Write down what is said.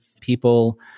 people